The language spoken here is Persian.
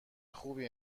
خوبی